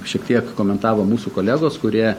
šiek tiek komentavo mūsų kolegos kurie